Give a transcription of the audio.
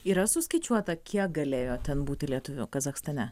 yra suskaičiuota kiek galėjo ten būti lietuvių kazachstane